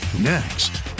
next